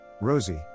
Rosie